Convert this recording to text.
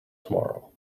tomorrow